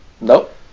Nope